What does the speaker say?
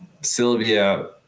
Sylvia